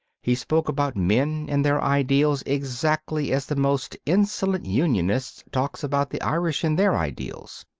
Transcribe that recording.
he spoke about men and their ideals exactly as the most insolent unionist talks about the irish and their ideals.